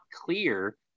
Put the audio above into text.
clear